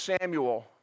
Samuel